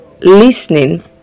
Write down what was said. listening